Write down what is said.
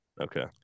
okay